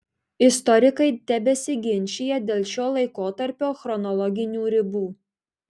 istorikai tebesiginčija dėl šio laikotarpio chronologinių ribų